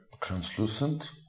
translucent